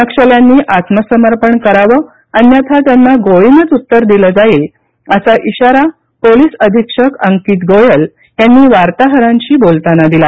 नक्षल्यांनी आत्मसमर्पण करावं अन्यथा त्यांना गोळीनंच उत्तर दिलं जाईल असा इशारा पोलिस अधीक्षक अंकित गोयल यांनी वार्ताहरांशी बोलताना दिला